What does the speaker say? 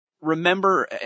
remember